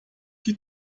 que